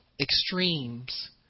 extremes